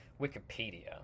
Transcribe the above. Wikipedia